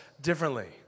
differently